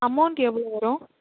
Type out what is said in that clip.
amount எவ்வளோ வரும்